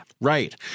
Right